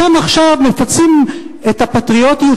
אתם עכשיו מפצים על הפטריוטיות,